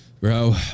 Bro